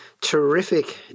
terrific